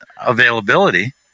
availability